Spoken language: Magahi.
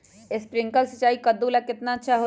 स्प्रिंकलर सिंचाई कददु ला केतना अच्छा होई?